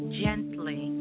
gently